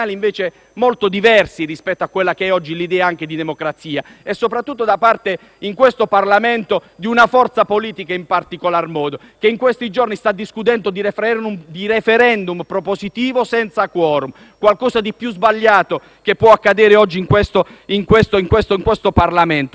in questo Parlamento da una forza politica che in questi giorni sta discutendo di *referendum* propositivo senza *quorum*. È la cosa più sbagliata che può accadere oggi in questo Parlamento. Attualmente il *quorum* risponde a una logica di bilanciamento del sistema,